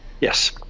Yes